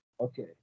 Okay